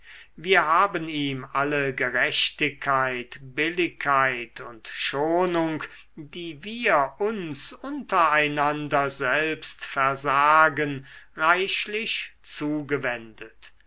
wir haben ihm alle gerechtigkeit billigkeit und schonung die wir uns unter einander selbst versagen reichlich zugewendet